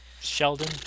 Sheldon